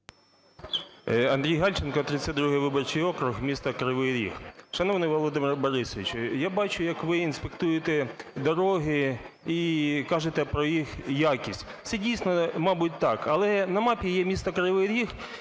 Андрій Гальченко, 32 виборчий округ, місто Кривий Ріг. Шановний Володимир Борисович, я бачу, як ви інспектуєте дороги і кажете про їх якість. Це дійсно, мабуть, так, але на мапі є місто Кривий Ріг